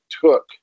took